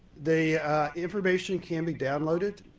the information can be downloaded,